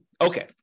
Okay